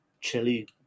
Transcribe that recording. chili